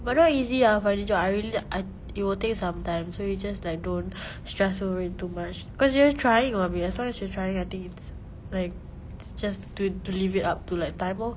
but not easy ah finding a job I really i~ it will take some time so you just like don't stress over it too much cause you are trying [what] babe as long as you're trying I think it's like just to to leave it up to like time lor